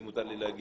אם מותר לי להגיד,